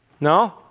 No